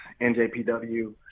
NJPW